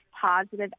positive